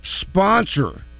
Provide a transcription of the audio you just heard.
sponsor